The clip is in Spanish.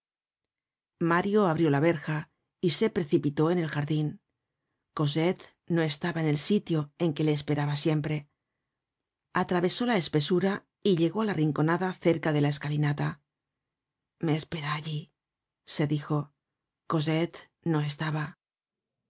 mario abrió la verja y se precipitó en el jardin cosette no estaba en el sitio en que le esperaba siempre atravesó la espesura y llegó á la rinconada cerca de la escalinata me espera allí se dijo cosette no estaba